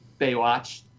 Baywatch